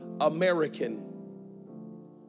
American